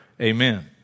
Amen